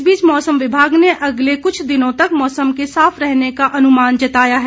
इस बीच मौसम विभाग ने अगले कुछ दिनों तक मौसम के साफ रहने का अनुमान जताया है